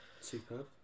superb